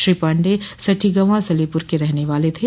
श्री पाण्डेय सठीगंवा सलेपुर के रहने वाले थे